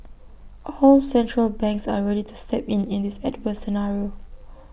all central banks are ready to step in in this adverse scenario